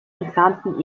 entfernten